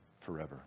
forever